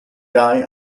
guy